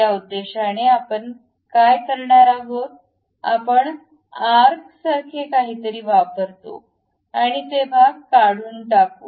त्या उद्देशाने आपण काय करणार आहोत आपण आर्कसारखे काहीतरी वापरतो आणि ते भाग काढून टाकू